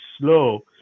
Slow